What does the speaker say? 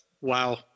Wow